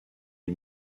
les